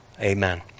Amen